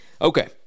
okay